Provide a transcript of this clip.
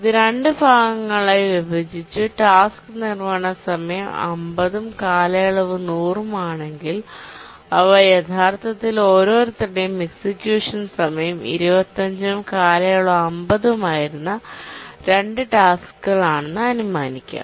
ഇത് 2 ഭാഗങ്ങളായി വിഭജിച്ച് ടാസ്ക് നിർവ്വഹണ സമയം 50 ഉം കാലയളവ് 100 ഉം ആണെങ്കിൽ അവ യഥാർത്ഥത്തിൽ ഓരോരുത്തരുടെയും എക്സിക്യൂഷൻ സമയം 25 ഉം കാലയളവ് 50 ഉം ആയിരുന്ന 2 ടാസ്ക്കുകളാണെന്ന് അനുമാനിക്കാം